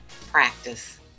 Practice